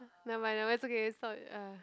never mind never mind it's okay it's not !hais!